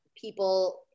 people